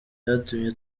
byatumye